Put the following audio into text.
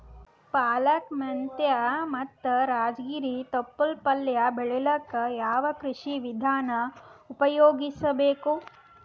ಪಾಲಕ, ಮೆಂತ್ಯ ಮತ್ತ ರಾಜಗಿರಿ ತೊಪ್ಲ ಪಲ್ಯ ಬೆಳಿಲಿಕ ಯಾವ ಕೃಷಿ ವಿಧಾನ ಉಪಯೋಗಿಸಿ ಬೇಕು?